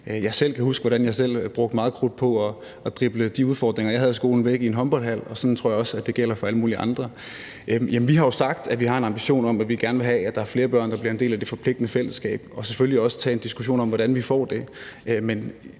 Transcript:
Jeg kan huske, hvordan jeg selv brugte meget krudt på drible de udfordringer, jeg havde i skolen, væk i en håndboldhal, og sådan tror jeg også, at det gælder for alle mulige andre. Vi har jo sagt, at vi har en ambition om, at vi gerne vil have, at der er flere børn, der bliver en del af det forpligtende fællesskab, og selvfølgelig også tage en diskussion om, hvordan vi får det.